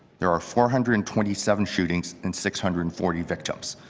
there are four hundred and twenty seven shootings and six hundred and forty victims.